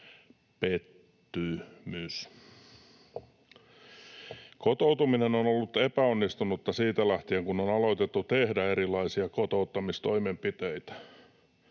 pettymys. Kotoutuminen on ollut epäonnistunutta siitä lähtien, kun on alettu tehdä erilaisia kotouttamistoimenpiteitä.